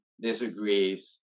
disagrees